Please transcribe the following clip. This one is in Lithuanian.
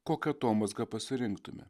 kokią atomazgą pasirinktume